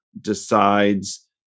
decides